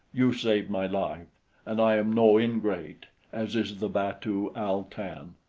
you saved my life and i am no ingrate as is the batu al-tan.